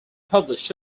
published